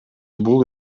бул